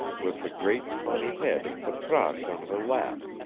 with the great tawny head of patrasche on her lap,